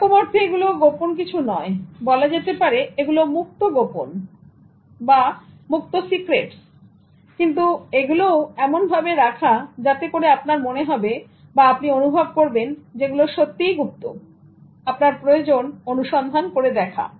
সেরকম অর্থে এগুলো গোপন কিছু নয় বলা যেতে পারে এগুলো মুক্ত গোপন সিক্রেটস কিন্তু এগুলোও এমন ভাবে রাখা যাতে করে আপনার মনে হবে আপনি অনুভব করবেন যেগুলো সত্যিই গুপ্ত আপনার প্রয়োজন অনুসন্ধান করে দেখা